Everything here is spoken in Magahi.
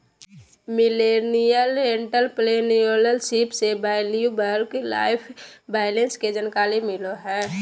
मिलेनियल एंटरप्रेन्योरशिप से वैल्यू वर्क लाइफ बैलेंस के जानकारी मिलो हय